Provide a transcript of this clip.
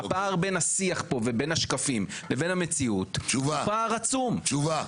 הפער בין השיח פה ובין השקפים לבין המציאות הוא פער עצום תשובה.